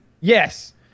Yes